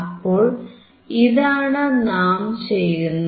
അപ്പോൾ ഇതാണ് നാം ചെയ്യുന്നത്